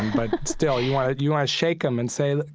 but still you want you want to shake him and say, like